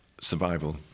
survival